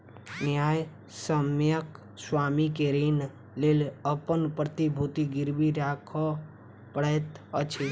न्यायसम्यक स्वामी के ऋणक लेल अपन प्रतिभूति गिरवी राखअ पड़ैत अछि